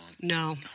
no